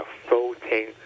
floating